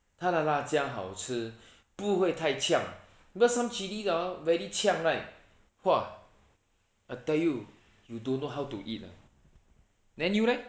他的辣椒好吃不会太呛 because some chilli hor very 呛 right !wah! I tell you you don't know how to eat ah then you leh